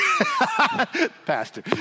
Pastor